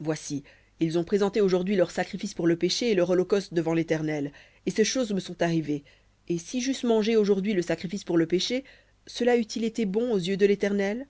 voici ils ont présenté aujourd'hui leur sacrifice pour le péché et leur holocauste devant l'éternel et ces choses me sont arrivées et si j'eusse mangé aujourd'hui le sacrifice pour le péché cela eût-il été bon aux yeux de l'éternel